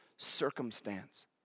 circumstance